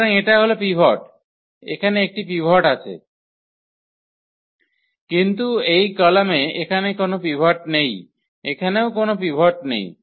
সুতরাং এটা হল পিভট এখানে একটি পিভট আছে কিন্তু এই কলামে এখানে কোন পিভট নেই এখানেও কোন পিভট নেই